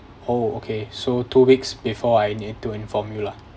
oh okay so two weeks before I need to inform you lah